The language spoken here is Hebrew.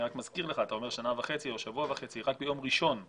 אני רק מזכיר לך אתה אומר שנה וחצי או שבוע וחצי שרק ביום ראשון הזה